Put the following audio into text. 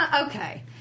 okay